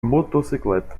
motocicleta